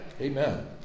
Amen